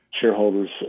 Shareholders